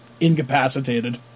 Incapacitated